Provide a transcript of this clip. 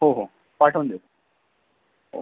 हो हो पाठवून द्या हो